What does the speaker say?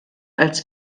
als